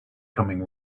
coming